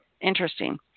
Interesting